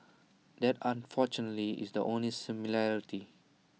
that unfortunately is the only similarity